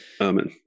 Amen